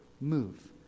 move